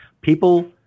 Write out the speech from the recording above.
People